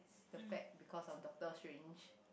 the fact because of Doctor-Strange